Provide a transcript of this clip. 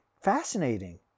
fascinating